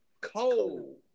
Cold